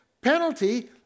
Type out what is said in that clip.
penalty